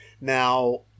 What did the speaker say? Now